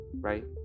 Right